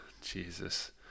Jesus